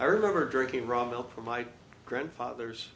i remember drinking raw milk for my grandfather's